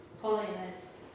holiness